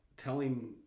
Telling